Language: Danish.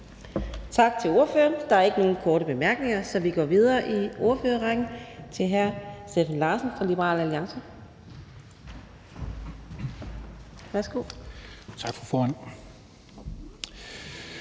Tak til ordføreren. Der er ikke nogen korte bemærkninger, så vi går videre i ordførerrækken til hr. Steffen Larsen fra Liberal Alliance. Værsgo. Kl. 17:35 (Ordfører)